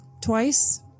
twice